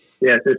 Yes